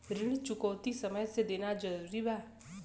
ऋण चुकौती समय से देना जरूरी बा?